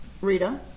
Rita